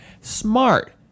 Smart